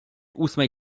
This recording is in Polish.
ósmej